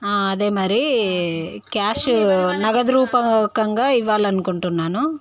అదే మరి క్యాషు నగదు రూపకంగా ఇవ్వాలనుకుంటున్నాను